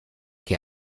que